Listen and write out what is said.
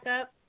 up